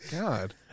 God